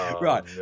Right